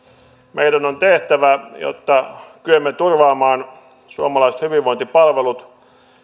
meidän on tehtävä jotta kykenemme turvaamaan suomalaiset hyvinvointipalvelut